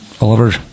Oliver